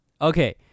okay